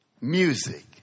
music